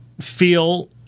feel